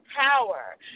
power